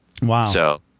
Wow